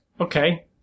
okay